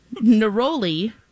neroli